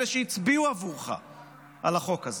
אלה שהצביעו עבורך על החוק הזה.